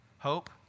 Hope